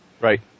Right